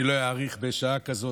אני לא אאריך בשעה כזאת.